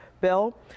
bill